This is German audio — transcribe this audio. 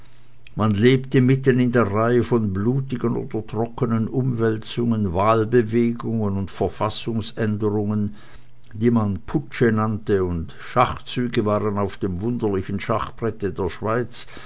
man lebte mitten in der reihe von blutigen oder trockenen umwälzungen wahlbewegungen und verfassungsänderungen die man putsche nannte und schachzüge waren auf dem wunderlichen schachbrette der schweiz